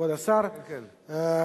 כבוד השר, רבותי,